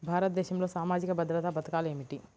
భారతదేశంలో సామాజిక భద్రతా పథకాలు ఏమిటీ?